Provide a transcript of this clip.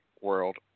world